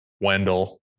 Wendell